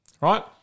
right